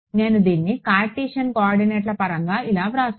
నేను దీన్ని కార్టీసియన్ కోఆర్డినేట్ల పరంగా ఇలా వ్రాయగలను